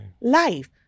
life